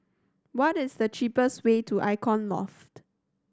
what is the cheapest way to Icon Loft